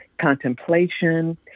Contemplation